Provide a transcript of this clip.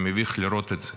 היה מביך לראות את זה.